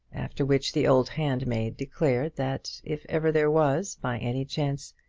after which the old handmaid declared that if ever there was, by any chance,